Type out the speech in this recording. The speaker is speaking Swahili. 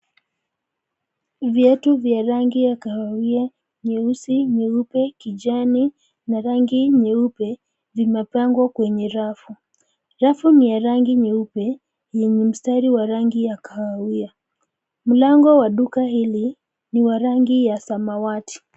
Viatu vya rangi ya kahawia, nyeusi, nyeupe, kijani na rangi nyeupe, vimepangwa kwenye rafu. Rafu ni ya rangi nyeupe yenye mstari wa rangi ya kahawia. Mlango wa duka hili ni wa rangi ya samawati.